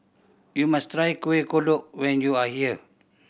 you must try Kuih Kodok when you are here